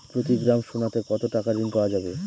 প্রতি গ্রাম সোনাতে কত টাকা ঋণ পাওয়া যাবে?